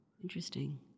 Interesting